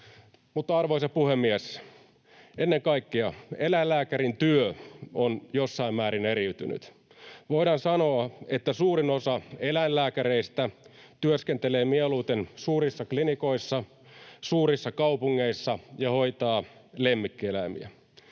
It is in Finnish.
Arvoisa puhemies! Ennen kaikkea eläinlääkärin työ on jossain määrin eriytynyt. Voidaan sanoa, että suurin osa eläinlääkäreistä työskentelee mieluiten suurissa klinikoissa suurissa kaupungeissa ja hoitaa lemmikkieläimiä.